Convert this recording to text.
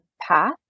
path